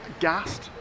Gassed